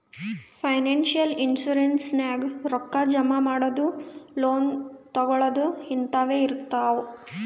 financial institution ನಾಗ್ ರೊಕ್ಕಾ ಜಮಾ ಇಡದು, ಲೋನ್ ತಗೋಳದ್ ಹಿಂತಾವೆ ಇರ್ತಾವ್